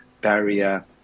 barrier